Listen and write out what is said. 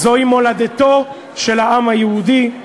זוהי מולדתו של העם היהודי.